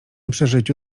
przeżyciu